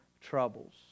troubles